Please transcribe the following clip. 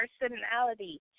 personality